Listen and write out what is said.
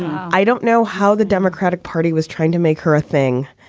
i don't know how the democratic party was trying to make her a thing.